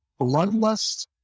bloodlust